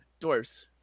Dwarves